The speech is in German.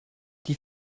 die